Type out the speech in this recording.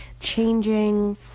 changing